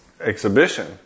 Exhibition